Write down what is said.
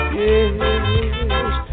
yes